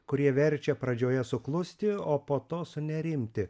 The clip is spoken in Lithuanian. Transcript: kurie verčia pradžioje suklusti o po to sunerimti